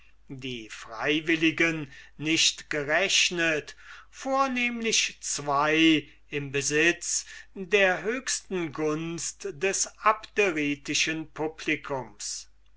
die freiwilligen nicht gerechnet vornehmlich zween im besitz der höchsten gunst des abderitischen publicums